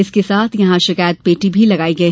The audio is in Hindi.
इसके साथ यहां शिकायत पेटी भी लगाई गई